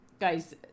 guys